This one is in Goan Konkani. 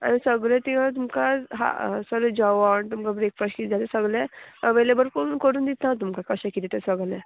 आनी सगळें तिंगा तुमकां सगळें जेवण तुमकां ब्रेकफास्ट कितें जाल्यार सगलें अवेलेबल करून करून दिता तुमकां कशें किदें तें सगलें